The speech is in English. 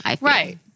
Right